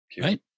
Right